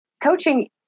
coaching